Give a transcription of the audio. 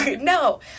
No